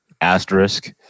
Asterisk